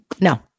No